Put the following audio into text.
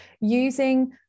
using